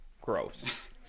gross